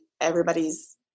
everybody's